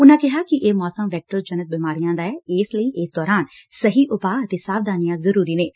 ਉਨਾਂ ਕਿਹਾ ਕਿ ਇਹ ਮੋਸਮ ਵੈਕਟਰ ਜਨਤ ਬਿਮਾਰੀਆਂ ਦਾ ਐ ਇਸ ਲਈ ਇਸ ਦੌਰਾਨ ਸਹੀ ਉਪਾਅ ਅਤੇ ਸਾਵਧਾਨੀਆਂ ਜ਼ਰੂਰੀ ਨੇਂ